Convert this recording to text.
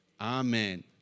Amen